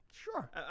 Sure